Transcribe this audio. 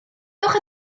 dowch